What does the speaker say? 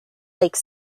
lake